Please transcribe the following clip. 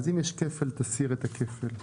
אם יש כפל, תסיר את הכפל.